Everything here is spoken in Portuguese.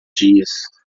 dias